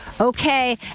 okay